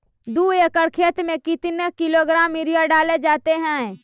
दू एकड़ खेत में कितने किलोग्राम यूरिया डाले जाते हैं?